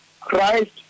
Christ